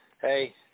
Hey